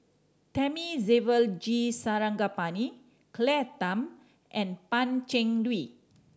Thamizhavel G Sarangapani Claire Tham and Pan Cheng Lui